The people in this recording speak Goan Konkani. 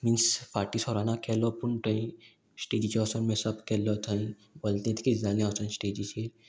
मिन्स फाटी सोराना केलो पूण थंय स्टेजीचे वोसोन मेसप केल्लो थंय व्हल तें जालें वोसोन स्टेजीचेर